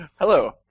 Hello